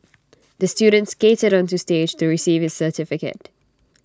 the student skated onto stage to receive his certificate